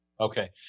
Okay